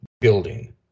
building